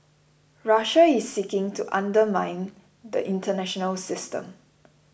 Russia is seeking to undermine the international system